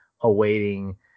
awaiting